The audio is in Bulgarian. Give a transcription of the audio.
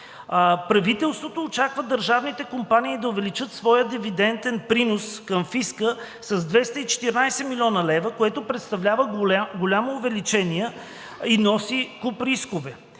Правителството очаква държавните компании да увеличат своя дивидентен принос към фиска с 214 млн. лв., което представлява голямо увеличение и носи куп рискове.